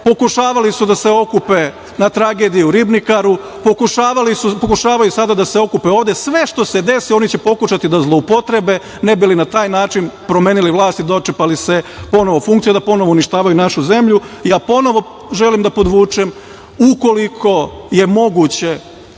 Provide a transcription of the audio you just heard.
pokušavali su da se okupe na tragediju u Ribnikaru, pokušavaju sada da se okupe ovde. Sve što se desi oni će pokušati da zloupotrebe, ne bi li na taj način promenili vlast i dočepali se ponovo funkcije, da ponovo uništavaju našu zemlju. Ja ponovo želim da podvučem - ukoliko je moguće,